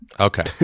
Okay